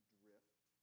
drift